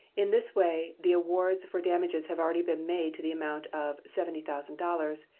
in this way the awards for damages have already been made to the amount of seventy thousand dollars,